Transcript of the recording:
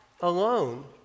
alone